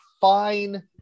fine